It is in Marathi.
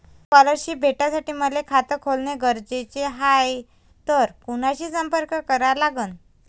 स्कॉलरशिप भेटासाठी मले खात खोलने गरजेचे हाय तर कुणाशी संपर्क करा लागन?